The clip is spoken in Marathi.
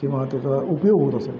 किंवा त्याचा उपयोग होत असेल